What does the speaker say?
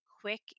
quick